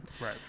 Right